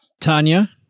Tanya